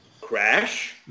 *Crash*